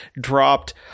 dropped